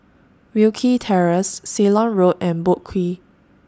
Wilkie Terrace Ceylon Road and Boat Quay